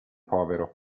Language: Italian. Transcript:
povero